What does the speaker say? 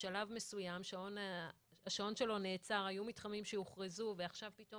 והשעון שלו נעצר והיו מתחמים שהוכרזו ועכשיו פתאום